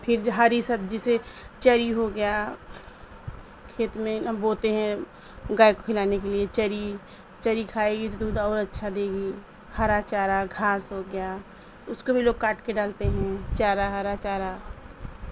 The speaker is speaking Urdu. پھر ہری سبزی سے چری ہو گیا کھیت میں اب بوتے ہیں گائے کو کھلانے کے لیے چری چری کھائے گی تو دودھ اور اچھا دے گی ہرا چارا گھاس ہو گیا اس کو بھی لوگ کاٹ کے ڈالتے ہیں چارا ہرا چارا